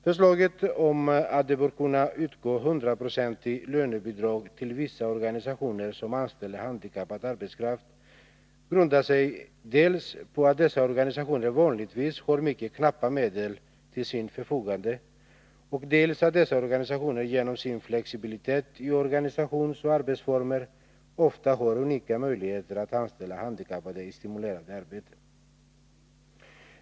Förslaget om att det bör kunna utgå hundraprocentigt lönebidrag till vissa organisationer som anställer handikappad arbetskraft grundar sig dels på att dessa organisationer vanligtvis har mycket knappa medel till sitt förfogande, dels på att dessa organisationer genom sin flexibilitet i organisationsoch arbetsformer ofta har unika möjligheter att anställa handikappade i stimulerande arbeten.